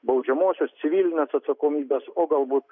baudžiamosios civilinės atsakomybės o galbūt